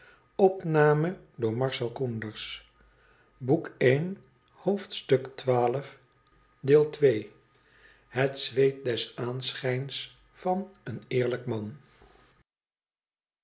het zwet des aanschi jns van een eerlijk man